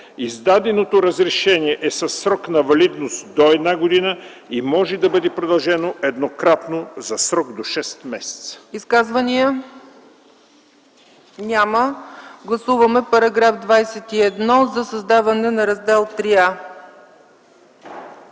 Издаденото разрешение е със срок на валидност до една година и може да бъде продължено еднократно за срок до 6 месеца.”